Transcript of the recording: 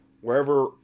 wherever